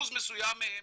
אחוז מסוים מהם,